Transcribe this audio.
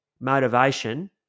motivation